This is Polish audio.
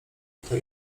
kto